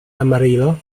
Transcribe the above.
amarillo